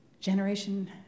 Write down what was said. generation